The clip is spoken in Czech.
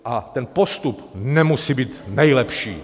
A ten postup nemusí být nejlepší.